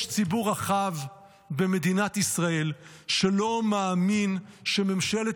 יש ציבור רחב במדינת ישראל שלא מאמין שממשלת